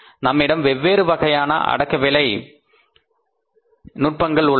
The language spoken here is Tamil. நம்மிடம் வெவ்வேறு வகையான அடக்க விலையை நுட்பங்கள் உள்ளன